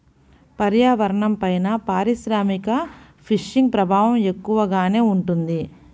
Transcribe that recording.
పర్యావరణంపైన పారిశ్రామిక ఫిషింగ్ ప్రభావం ఎక్కువగానే ఉంటుంది